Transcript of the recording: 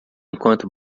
enquanto